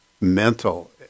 mental